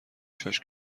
شاش